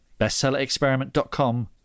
bestsellerexperiment.com